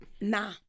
Nah